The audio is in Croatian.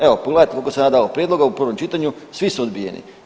Evo pogledajte koliko sam ja dao prijedloga u prvom čitanju, svi su odbijeni.